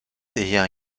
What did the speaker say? ayant